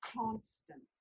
constant